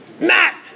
Matt